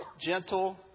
gentle